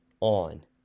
on